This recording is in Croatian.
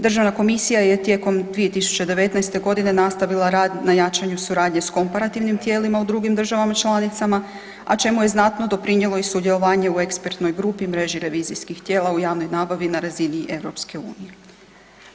Državna komisija je tijekom 2019. g. nastavila rad na jačanju suradnje s komparativnim tijelima u drugim državama članicama, a čemu je znatno doprinijelo i sudjelovanje u ekspertnoj grupi u mreži revizijskih tijela u javnoj nabavi na razini EU-a.